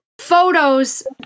photos